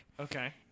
Okay